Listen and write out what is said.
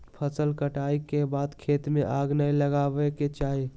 फसल कटाई के बाद खेत में आग नै लगावय के चाही